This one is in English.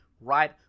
right